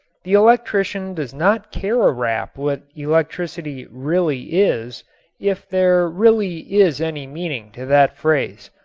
the electrician does not care a rap what electricity really is if there really is any meaning to that phrase.